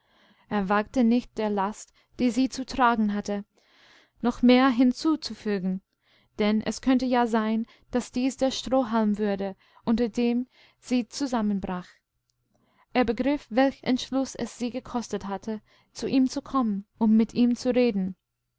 er wagte nicht der last die sie zu tragen hatte noch mehr hinzuzufügen denn es könnte ja sein daß dies der strohhalm würde unter dem sie zusammenbrach erbegriff welchentschlußessiegekostethatte zuihmzu kommen ummitihmzureden